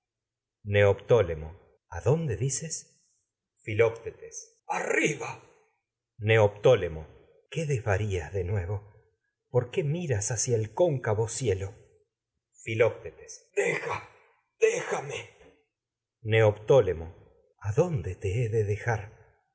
neoptólemo adonde dices filoctetes arriba neoptólemo qué desvarías de cielo nuevo por qué miras hacia el cóncavo filoctetes deja déjame filoctetes neoptólemo filoctetes adonde te he de dejar